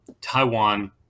Taiwan